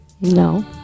No